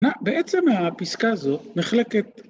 בעצם הפסקה הזו מחלקת...